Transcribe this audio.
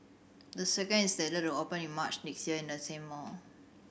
the second is slated to open in March next year in the same mall